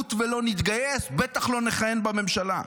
נמות ולא נתגייס, בטח לא נכהן בממשלה.